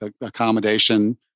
accommodation